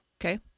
Okay